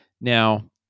Now